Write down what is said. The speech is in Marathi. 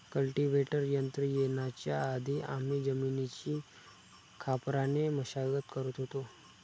कल्टीवेटर यंत्र येण्याच्या आधी आम्ही जमिनीची खापराने मशागत करत होतो